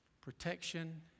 Protection